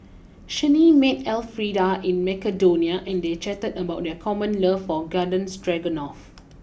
Chanie met Elfrieda in Macedonia and they chatted about their common love for Garden Stroganoff